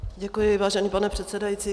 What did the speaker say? Děkuji, vážený pane předsedající.